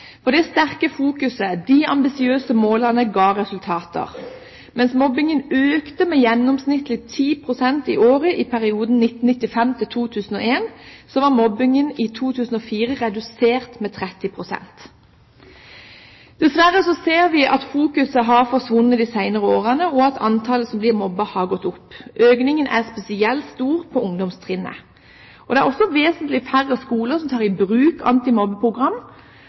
Det sterke fokuset og de ambisiøse målene ga resultater. Mens mobbingen økte med gjennomsnittlig 10 pst. i året i perioden 1995–2001, var mobbingen i 2004 redusert med 30 pst. Dessverre ser vi at fokuset har forsvunnet de senere årene, og at antallet som blir mobbet, har gått opp. Økningen er spesielt stor på ungdomstrinnet. Det er også vesentlig færre skoler som tar i bruk